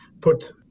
put